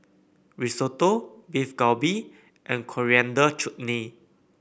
Risotto Beef Galbi and Coriander Chutney